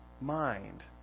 mind